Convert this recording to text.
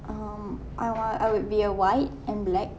um ah whi~ I would be a white and black